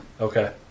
Okay